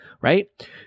right